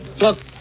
Look